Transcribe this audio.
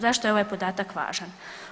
Zašto je ovaj podatak važan?